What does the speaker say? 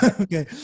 Okay